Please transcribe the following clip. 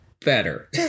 better